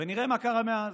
ונראה מה קרה מאז.